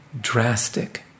drastic